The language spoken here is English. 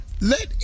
Let